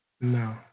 No